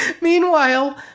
meanwhile